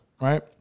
right